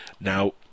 Now